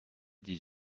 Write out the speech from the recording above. dix